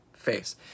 face